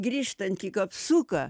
grįžtant į kapsuką